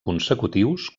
consecutius